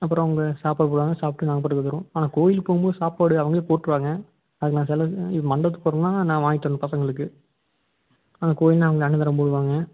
அப்புறம் அவங்க சாப்பாடு போடுவாங்க சாப்பிட்டு நாங்கள் பாட்டுக்கு வந்துடுவோம் ஆனால் கோயிலுக்கு போகும் போது சாப்பாடு அவர்களே போட்டிருவாங்க அதுக்கு நான் செலவு மண்டபத்துக்கு போனால் நான் வாங்கி தரணும் பசங்களுக்கு ஆனால் கோவில்ன்னால் அவங்க அன்னதானம் போடுவாங்க